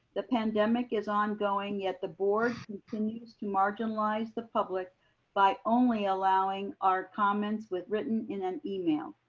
the pandemic is ongoing yet the board continues to marginalize the public by only allowing our comments with written in an email.